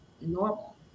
normal